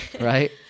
Right